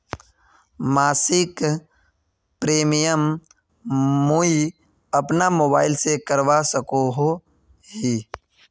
मासिक प्रीमियम मुई अपना मोबाईल से करवा सकोहो ही?